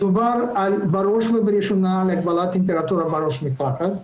מדובר בראש ובראשונה על הגבלת טמפרטורה בראש מקלחת,